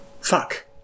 Fuck